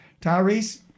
Tyrese